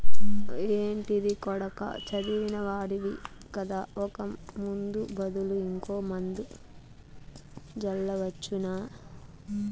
ఏంటిది కొడకా చదివిన వాడివి కదా ఒక ముందు బదులు ఇంకో మందు జల్లవచ్చునా